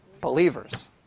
Believers